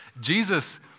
Jesus